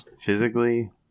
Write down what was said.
Physically